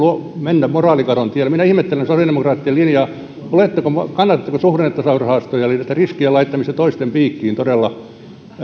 mennä moraalikadon tielle minä ihmettelen sosiaalidemokraattien linjaa kannatatteko todella suhdannetasausrahastoja eli riskien laittamista toisten piikkiin